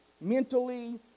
mentally